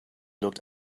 looked